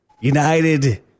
United